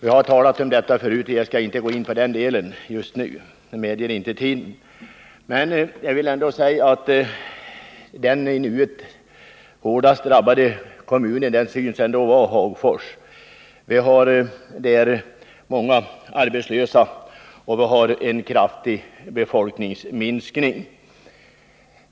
Vi har talat om detta förut, och jag skall inte gå in på den delen just nu, det medger inte tiden. Jag vill ändå säga att den i nuet hårdast drabbade kommunen synes vara Hagfors. Vi har där många arbetslösa, och vi har en kraftig befolkningsminskning.